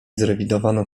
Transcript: zrewidowano